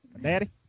daddy